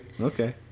okay